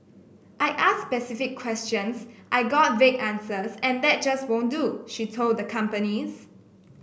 I asked specific questions I got vague answers and that just won't do she told the companies